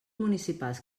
municipals